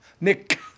Nick